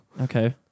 Okay